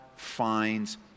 finds